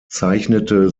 zeichnete